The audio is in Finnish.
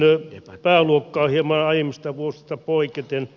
lähestyn pääluokkaa hieman aiemmista vuosista poiketen